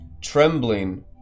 trembling